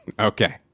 okay